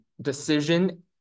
decision